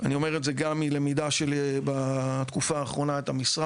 אני אומר את זה גם מלמידה שלי בתקופה האחרונה את המשרד,